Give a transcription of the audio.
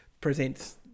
presents